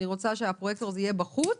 אני רוצה שמרגע המינוי הפרויקטור יהיה בחוץ